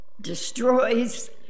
destroys